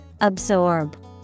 Absorb